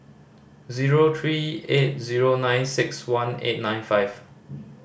zero three eight zero nine six one eight nine five